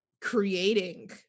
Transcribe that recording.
creating